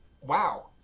Wow